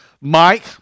Mike